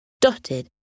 dotted